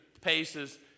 paces